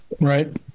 Right